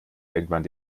irgendwann